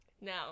Now